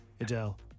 Adele